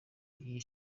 iyi